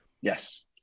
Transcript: Yes